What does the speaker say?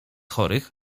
chorych